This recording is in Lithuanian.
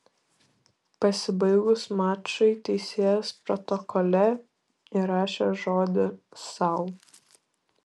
pasibaigus mačui teisėjas protokole įrašė žodį sau